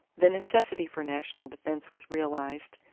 the necessity for national defense was realized,